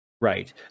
right